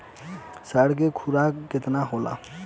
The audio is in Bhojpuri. साँढ़ के खुराक केतना होला?